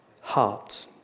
heart